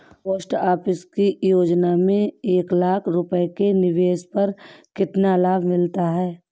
Post office की योजना में एक लाख रूपए के निवेश पर कितना लाभ मिलता है?